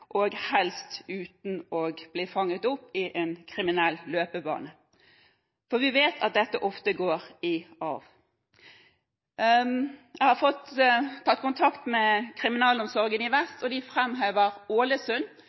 og helst uten å ende opp i en kriminell løpebane. For vi vet at dette ofte går i arv. Jeg har tatt kontakt med Kriminalomsorgen region vest, og de framhever Ålesund